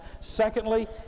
Secondly